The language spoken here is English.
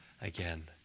again